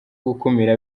gukumira